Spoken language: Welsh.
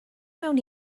mewn